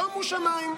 שומו שמיים.